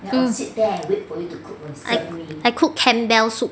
I cook I cook Campbell soup